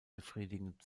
befriedigend